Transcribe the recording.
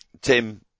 Tim